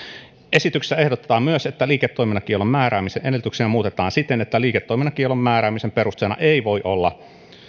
esityksessä ehdotetaan myös että liiketoimintakiellon määräämisen edellytyksiä muutetaan siten että liiketoimintakiellon määräämisen perusteena ei voi olla